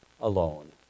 alone